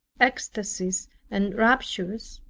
ecstasies and raptures,